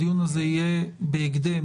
הדיון הזה יהיה בהקדם,